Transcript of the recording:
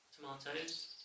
tomatoes